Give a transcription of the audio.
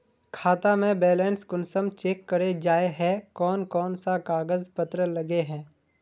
खाता में बैलेंस कुंसम चेक करे जाय है कोन कोन सा कागज पत्र लगे है?